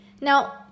Now